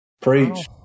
Preach